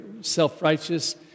self-righteous